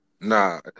Nah